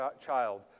child